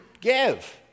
give